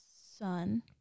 son